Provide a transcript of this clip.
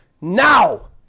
Now